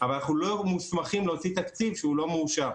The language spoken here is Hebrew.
אבל אנחנו לא מוסמכים להוציא תקציב שאינו מאושר.